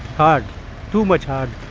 hard too much hard